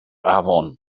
afon